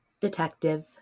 Detective